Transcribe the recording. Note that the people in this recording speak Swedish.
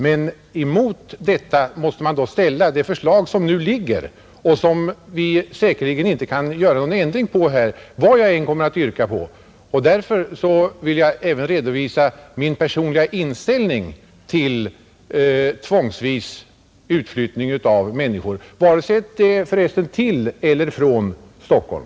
Men mot detta måste man ställa det förslag som nu föreligger och som vi säkerligen inte kan ändra på något sätt, vad jag än yrkar på. Därför vill jag även redovisa min personliga inställning till utflyttning tvångsvis av människor, vare sig det är till eller från Stockholm.